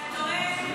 לא לא לא, אתה טועה.